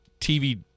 TV